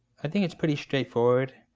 i think it's pretty straightforward.